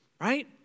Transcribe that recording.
Right